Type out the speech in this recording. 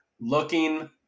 Looking